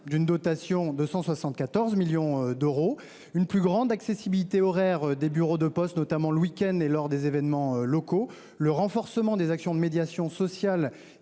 d'une dotation de 174 millions d'euros, une plus grande accessibilité horaires des bureaux de poste notamment le week-end et lors des événements locaux, le renforcement des actions de médiation sociale